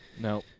No